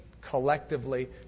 collectively